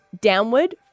Downward